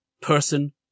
person